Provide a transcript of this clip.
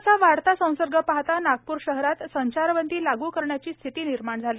कोरोनाचा वाढता संसर्ग पाहता नागप्र शहरात संचारबंदी लाग् करण्याची स्थिती निर्माण झाली